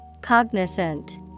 Cognizant